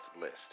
list